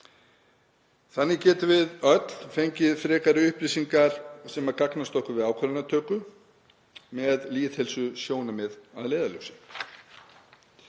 Þannig getum við öll fengið frekari upplýsingar sem gagnast okkur við ákvarðanatöku með lýðheilsusjónarmið að leiðarljósi.